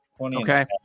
Okay